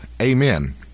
Amen